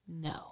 No